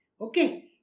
Okay